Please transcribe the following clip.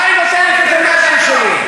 מה היא נותנת יותר מהבן שלי?